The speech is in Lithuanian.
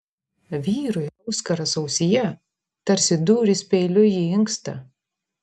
vyrui auskaras ausyje tarsi dūris peiliu į inkstą